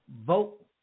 vote